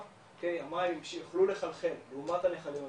המים יוכלו לחלחל לעומת הנחלים המבוטנים,